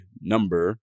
number